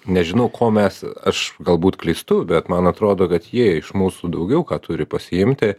nežinau ko mes aš galbūt klystu bet man atrodo kad jie iš mūsų daugiau ką turi pasiimti